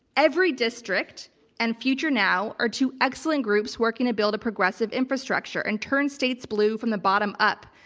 everydistrict and future now are two excellent groups working to build a progressive infrastructure and turn states blue from the bottom up.